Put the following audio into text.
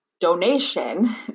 donation